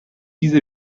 چیز